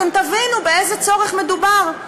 אתם תבינו באיזה צורך מדובר.